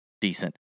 decent